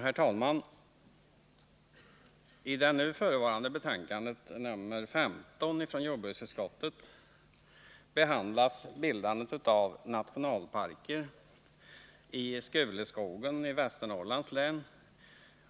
Herr talman! I det nu förevarande betänkandet nr 15 från jordbruksutskottet behandlas bildande av nationalparker i Skuleskogen i Västernorrlands län